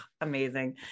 amazing